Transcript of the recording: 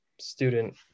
student